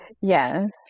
Yes